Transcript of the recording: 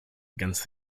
against